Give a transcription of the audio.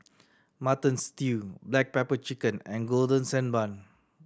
Mutton Stew black pepper chicken and Golden Sand Bun